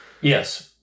Yes